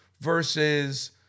versus